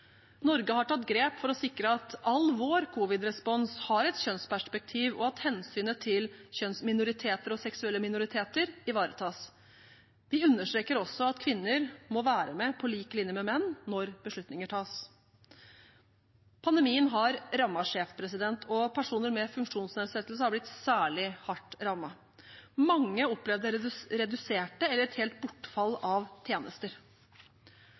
Norge har tatt grep for å sikre at all vår covid-respons har et kjønnsperspektiv, og at hensynet til kjønnsminoriteter og seksuelle minoriteter ivaretas. De understreker også at kvinner må være med på lik linje med menn når beslutninger tas. Pandemien har rammet skjevt, og personer med funksjonsnedsettelse har blitt særlig hardt rammet. Mange opplevde reduserte eller et helt bortfall av tjenester.